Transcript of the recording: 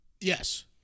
Yes